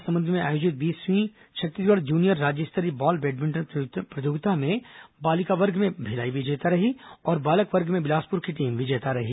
महासमुंद में आयोजित बीसवीं छत्तीसगढ़ जूनियर राज्य स्तरीय बॉल बैडमिंटन प्रतियोगिता में बालिका वर्ग में भिलाई विजेता और बालक वर्ग में बिलासपुर की टीम विजेता रही